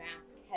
mask